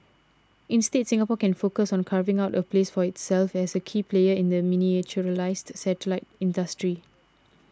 instead Singapore can focus on carving out a place for itself as a key player in the miniaturised satellite industry